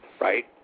Right